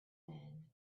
men